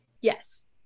Yes